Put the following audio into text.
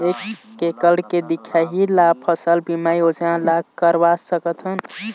एक एकड़ के दिखाही ला फसल बीमा योजना ला करवा सकथन?